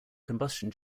combustion